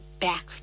back